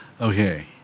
Okay